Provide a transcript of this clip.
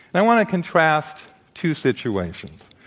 i want to contrast two situations.